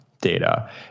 data